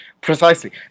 Precisely